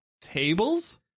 Tables